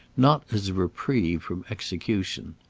not as a reprieve from execution.